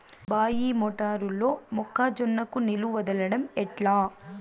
బాయి మోటారు లో మొక్క జొన్నకు నీళ్లు వదలడం ఎట్లా?